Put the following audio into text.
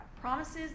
promises